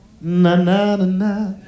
Na-na-na-na